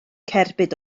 cerbyd